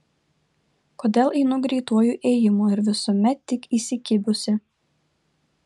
kodėl einu greituoju ėjimu ir visuomet tik įsikibusi